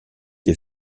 des